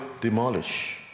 demolish